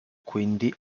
quindi